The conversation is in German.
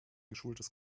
geschultes